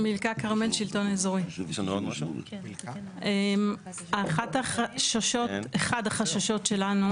מילכה כרמל שלטון אזורי, אחד החששות שלנו